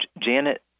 Janet